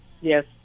Yes